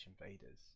invaders